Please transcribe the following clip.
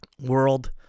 world